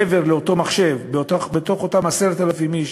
מעבר לאותו מחשב, בתוך אותם 10,000 איש